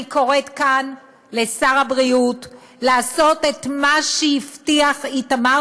אני קוראת כאן לשר הבריאות לעשות את מה שהבטיח איתמר